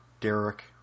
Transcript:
Derek